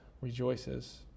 rejoices